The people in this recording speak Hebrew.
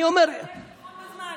אני אומר, כולו מבקש לתחום בזמן.